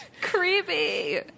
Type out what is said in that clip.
Creepy